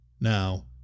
Now